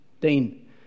dean